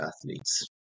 athletes